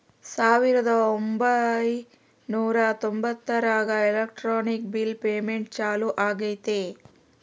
ಸಾವಿರದ ಒಂಬೈನೂರ ತೊಂಬತ್ತರಾಗ ಎಲೆಕ್ಟ್ರಾನಿಕ್ ಬಿಲ್ ಪೇಮೆಂಟ್ ಚಾಲೂ ಆಗೈತೆ